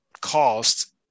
cost